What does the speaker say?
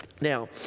Now